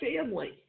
family